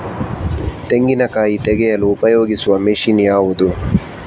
ತೆಂಗಿನಕಾಯಿ ತೆಗೆಯಲು ಉಪಯೋಗಿಸುವ ಮಷೀನ್ ಯಾವುದು?